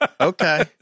Okay